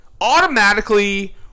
Automatically